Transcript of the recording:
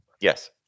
Yes